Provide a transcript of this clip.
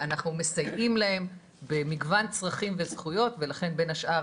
אנחנו מסייעים להם במגוון צרכים וזכויות ולכן בין השאר,